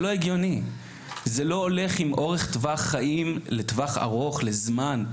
זה לא הולך לטווח ארוך מבחינת אורך חיים.